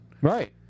Right